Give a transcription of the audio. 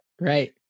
Right